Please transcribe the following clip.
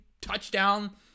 touchdown